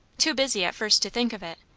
too busy at first to think of it,